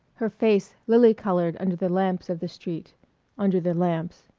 her face lily-colored under the lamps of the street under the lamps.